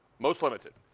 most limited.